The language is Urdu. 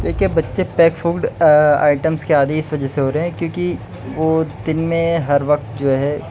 دیکھیے بچے پیک فوڈ آئیٹمز کے عادی اس وجہ سے ہو رہے ہیں کیوںکہ وہ دن میں ہر وقت جو ہے